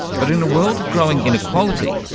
but in a world of growing inequality,